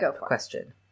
question